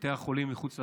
בתי החולים הם מחוץ לתחום.